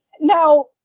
now